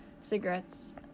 cigarettes